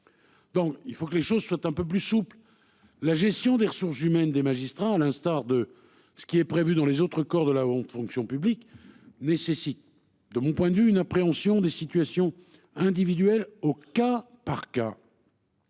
Donc il faut que les choses soient un peu plus souple. La gestion des ressources humaines des magistrats à l'instar de ce qui est prévu dans les autres corps de la haute fonction publique nécessite de mon point de vue une appréhension des situations individuelles au cas par cas.